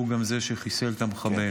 הוא גם זה שחיסל את המחבל.